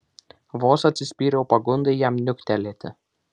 vos atsispyriau pagundai jam niuktelėti